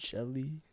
Jelly